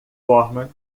forma